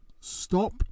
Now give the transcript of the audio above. Stop